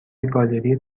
گالری